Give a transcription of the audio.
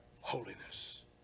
holiness